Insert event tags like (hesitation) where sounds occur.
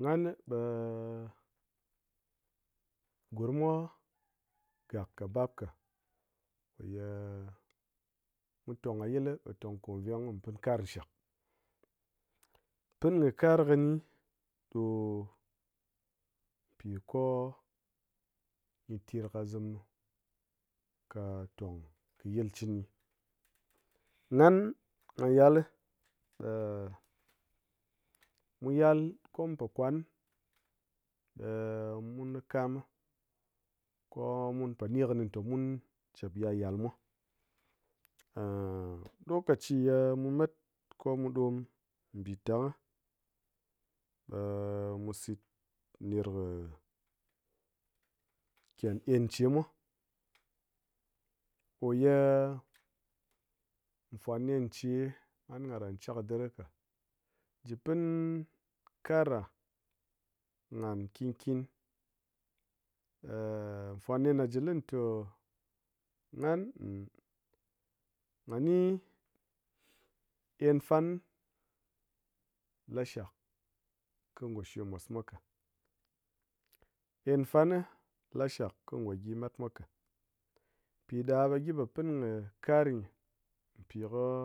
Ngan ni (hesitation) gurm mwa gak ka bap ka (hesitation) mu tong kɨ yil li ɓe tong ko veng kɨ mu pin kar shak, pin kɨ kar kini ɗo-o pi ko-o gyi ter kɨ zim nu ka tong kɨ yil chini. (noise) Ngan nga yal li ɓe-e- mu yal ko mu po kwan ɓe (hesitation) mun kɨ kam mi ko-o mun po nikɨni te mun jap yal yal mwa, (hesitation) lokochi ye-e mu mat ko mu ɗom mbi tang ɓe (hesitation) mu sit ner ki kyen gyen che mwa ko ye fwan nen che ngan kɨ ran chadir ka ji pin ka'ar ɗa ngan kyin kyin (hesitation) fwan nen ɗa ji li te ngan nh- nga ni gyen fan lashak kɨ ngo shwe mos mwa ka, ngyen fan lashak kɨ ngo gyi mat mwa ka piɗa ɓe gyi po pin kar gyi pi ko-o